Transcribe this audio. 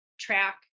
track